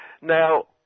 Now